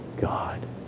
God